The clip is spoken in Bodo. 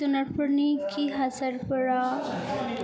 जुनारफोरनि खि हासारफोरा